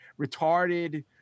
retarded